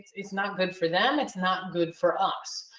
it's not good for them. it's not good for us.